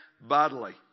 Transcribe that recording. bodily